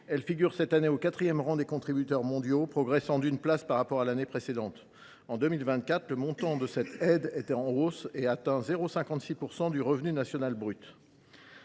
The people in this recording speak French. Elle figure cette année au quatrième rang des contributeurs mondiaux, progressant d’une place par rapport à l’année précédente. En 2024, le montant de cette aide atteindra 0,56 % du revenu national brut.